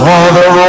Father